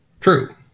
True